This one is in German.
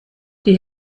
die